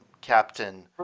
captain